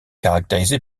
caractérisé